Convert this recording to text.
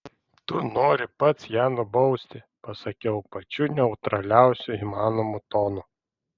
tu nori pats ją nubausti pasakiau pačiu neutraliausiu įmanomu tonu